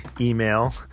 email